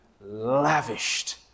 lavished